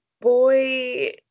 Boy